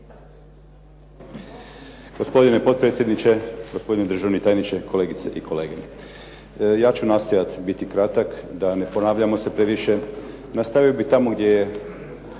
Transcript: Gospodine potpredsjedniče, gospodine državni tajniče, kolegice i kolege. Ja ću nastojati biti kratak da ne ponavljamo se previše. Nastavio bih tamo gdje je